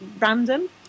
random